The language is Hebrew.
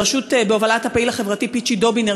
בהובלת הפעיל החברתי פיצ'י דובינר,